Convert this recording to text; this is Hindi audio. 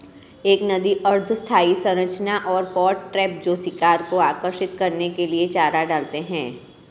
एक नदी अर्ध स्थायी संरचना और पॉट ट्रैप जो शिकार को आकर्षित करने के लिए चारा डालते हैं